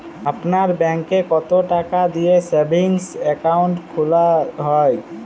আপনার ব্যাংকে কতো টাকা দিয়ে সেভিংস অ্যাকাউন্ট খোলা হয়?